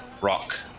Rock